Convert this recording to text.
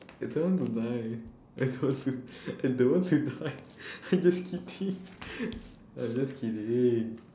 I don't want to die I don't want to I don't want to die I just kidding I just kidding